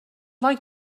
like